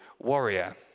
warrior